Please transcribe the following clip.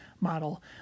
model